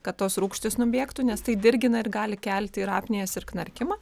kad tos rūgštys nubėgtų nes tai dirgina ir gali kelti ir apnėjas ir knarkimą